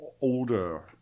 older